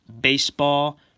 baseball